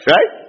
Right